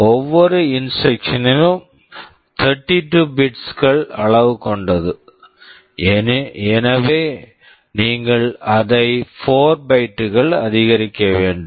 ஒவ்வொரு instruction instruction னும் 32 bits bits கள் அளவு கொண்டது எனவே நீங்கள் அதை 4 பைட்டு bytes கள் அதிகரிக்க வேண்டும்